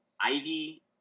Ivy